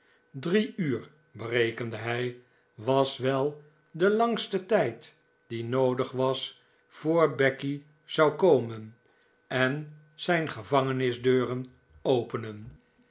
drie uur berekende hij was wel de langste tijd die noodig was voor becky zou komen en zijn gevangenisdeuren openen